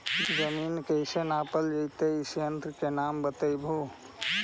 जमीन कैसे मापल जयतय इस यन्त्र के नाम बतयबु?